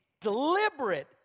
deliberate